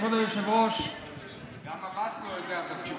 כבוד היושב-ראש, גם עבאס לא יודע את התשובה.